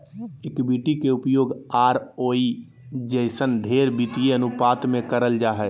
equity के उपयोग ROE जइसन ढेर वित्तीय अनुपात मे करल जा हय